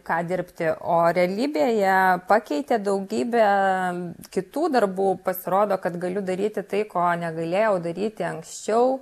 ką dirbti o realybėje pakeitė daugybę kitų darbų pasirodo kad galiu daryti tai ko negalėjau daryti anksčiau